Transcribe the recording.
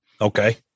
Okay